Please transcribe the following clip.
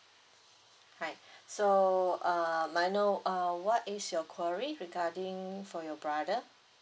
hi so uh may I know uh what is your query regarding for your brother